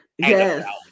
yes